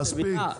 מספיק.